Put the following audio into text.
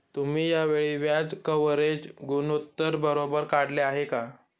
तुम्ही या वेळी व्याज कव्हरेज गुणोत्तर बरोबर काढले आहे का?